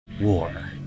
war